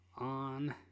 On